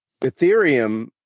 Ethereum